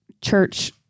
church